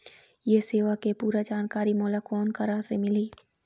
ये सेवा के पूरा जानकारी मोला कोन करा से मिलही?